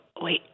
wait